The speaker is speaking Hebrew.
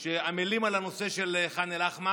שעמלים על הנושא של ח'אן אל-אחמר,